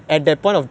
orh